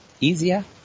easier